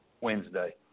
Wednesday